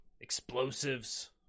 explosives